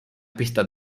pistas